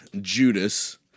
Judas